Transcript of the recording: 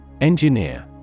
Engineer